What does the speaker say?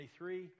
23